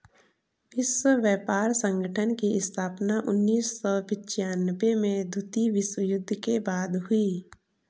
विश्व व्यापार संगठन की स्थापना उन्नीस सौ पिच्यानबें में द्वितीय विश्व युद्ध के बाद हुई